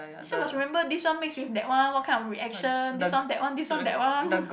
still must remember this one mix with that one what kind of reaction this one that one this one that one